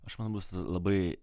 aš manau bus labai